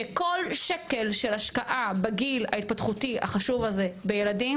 שכל שקל של השקעה בגיל ההתפתחותי החשוב הזה בילדים,